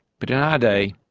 but in our day,